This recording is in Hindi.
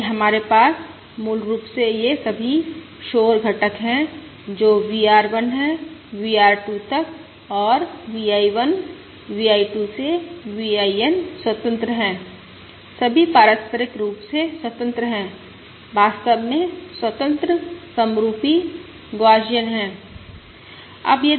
इसलिए हमारे पास मूल रूप से ये सभी शोर घटक हैं जो VR 1 है VR 2 तक और VI1 VI2 से VI N स्वतंत्र हैं सभी पारस्परिक रूप से स्वतंत्र हैं वास्तव में स्वतंत्र समरुपी गौसियन हैं